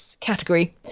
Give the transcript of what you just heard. category